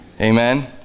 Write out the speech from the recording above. Amen